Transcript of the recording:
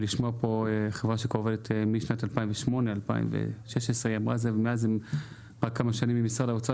לשמוע על חברה שעובדת מ-2016 עם משרד האוצר,